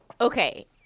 Okay